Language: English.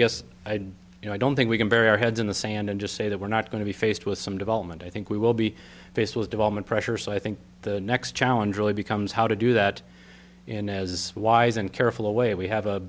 guess you know i don't think we can bury our heads in the sand and just say that we're not going to be faced with some development i think we will be faced with development pressure so i think the next challenge really becomes how to do that in as wise and careful a way we have a